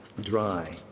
Dry